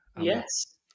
Yes